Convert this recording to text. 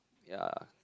ya